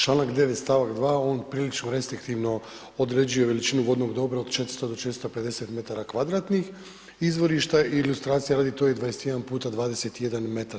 Članak 9. stavak 2. on prilično restriktivno određuje veličinu vodnog dobra od 400 do 450 metara kvadratnih izvorišta, ilustracije radi to je 21 x 21 metar.